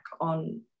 on